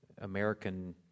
American